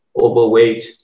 overweight